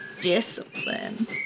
discipline